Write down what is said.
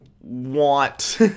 want